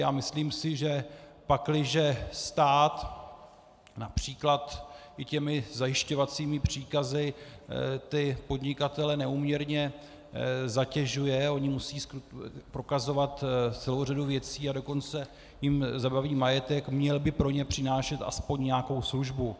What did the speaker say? A myslím si, že pakliže stát například i těmi zajišťovacími příkazy podnikatele neúměrně zatěžuje, oni musí prokazovat celou řadu věcí, a dokonce jim zabaví majetek, měl by pro ně přinášet aspoň nějakou službu.